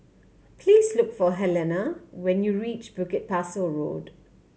please look for Helena when you reach Bukit Pasoh Road